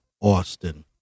Austin